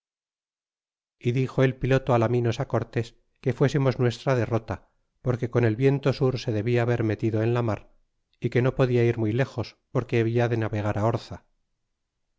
y dixo el piloto alaminos a cortés que fuésemos nuestra derrota porque con el viento sur se debia haber metido en la mar é que no podria ir muy lejos porque habla de navegar orza